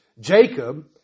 Jacob